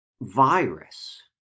virus